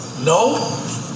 No